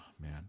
man